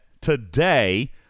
today